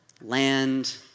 land